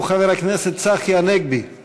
דברי הכנסת חוברת ד' ישיבה ח' הישיבה